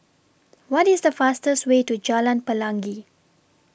What IS The fastest Way to Jalan Pelangi